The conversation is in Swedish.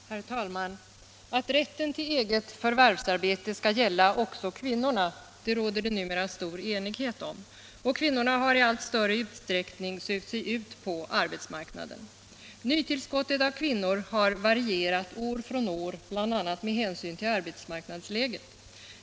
Herr talman! Att rätten till eget förvärvsarbete skall gälla också kvinnorna råder det numera stor enighet om. Och kvinnorna har i allt större utsträckning sökt sig ut på arbetsmarknaden. Nytillskottet av kvinnor har varierat år från år, bl.a. med hänsyn till arbetsmarknadsläget.